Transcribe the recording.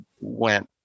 went